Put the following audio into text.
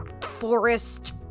forest